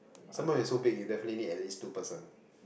some more it's so big you definitely at least two person